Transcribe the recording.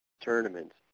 tournaments